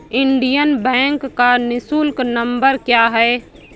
Indian Bank का निःशुल्क number क्या है?